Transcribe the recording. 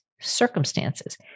circumstances